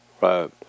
right